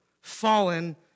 fallen